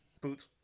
Boots